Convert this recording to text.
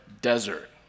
desert